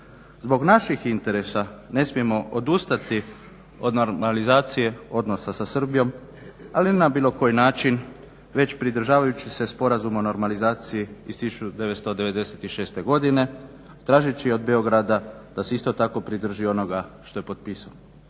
Zbog naših interesa ne smijemo odustati od normalizacije odnosa sa Srbijom, ali na bilo koji način već pridržavajući se Sporazuma o normalizaciji iz 1996.godine tražeći od Beograda da se isto tako pridrži onoga što je potpisao.